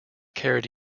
carried